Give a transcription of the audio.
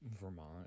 Vermont